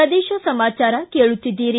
ಪ್ರದೇಶ ಸಮಾಚಾರ ಕೇಳುತ್ತಿದ್ದಿರಿ